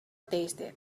tasted